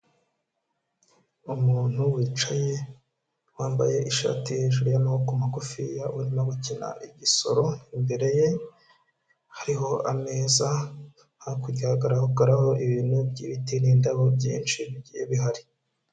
Umuntu wicaye wambaye ishati hejuru y'amaboko magufi ya arimo gukina igisoro imbere ye hariho ameza hakurya hagaragaraho ibintu by'ibiti n'indabo byinshi bigiye bihari.